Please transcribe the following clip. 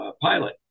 pilot